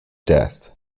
death